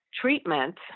treatment